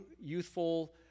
youthful